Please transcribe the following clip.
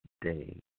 day